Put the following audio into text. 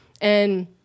And-